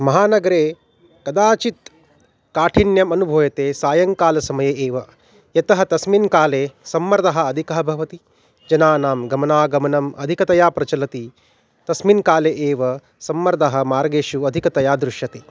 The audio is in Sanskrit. महानगरे कदाचित् काठिन्यम् अनुभूयते सायङ्कालसमये एव यतः तस्मिन् काले सम्मर्दः अधिकः भवति जनानां गमनागमनम् अधिकतया प्रचलति तस्मिन् काले एव सम्मर्दः मार्गेषु अधिकतया दृश्यते